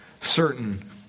certain